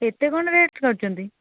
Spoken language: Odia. ଏତେ କ'ଣ ରେଟ୍ କରୁଛନ୍ତି